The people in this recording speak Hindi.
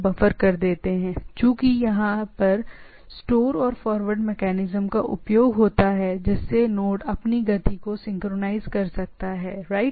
इसलिए चूंकि आगे के प्रकार के मेकैनिज्म में एक स्टोर है नोड में गति को सिंक्रनाइज़ करने का एक विकल्प है राइट